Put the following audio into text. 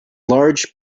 large